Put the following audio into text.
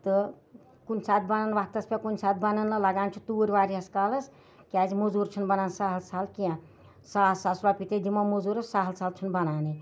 تہٕ کُنہِ ساتہٕ بَنَن وقتَس پٮ۪ٹھ کُنہِ ساتہٕ بَنَن نہٕ لَگان چھِ توٗرۍ وایاہَس کالَس کیٛازِ مٔزوٗر چھِنہٕ بَنان سہل سہل کینٛہہ ساس ساس رۄپیہِ تہِ دِمو مٔزوٗرَس سہل سہل چھُنہٕ بَنانٕے